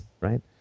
right